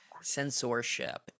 censorship